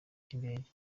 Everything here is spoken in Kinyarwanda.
cy’indege